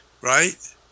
right